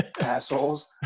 assholes